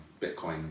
Bitcoin